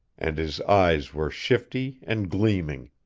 and his eyes were shifty and gleaming.